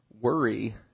worry